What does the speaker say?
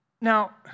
Now